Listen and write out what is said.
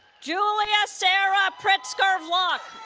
julia sarah pritzker vlock